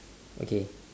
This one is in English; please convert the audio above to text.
okay